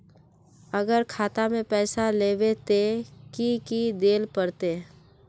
अगर खाता में पैसा लेबे ते की की देल पड़ते?